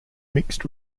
mixed